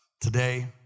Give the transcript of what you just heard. today